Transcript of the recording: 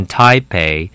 Taipei